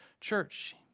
church